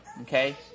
Okay